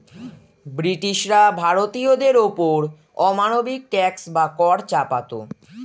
ব্রিটিশরা ভারতীয়দের ওপর অমানবিক ট্যাক্স বা কর চাপাতো